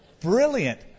Brilliant